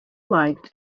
liked